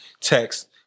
text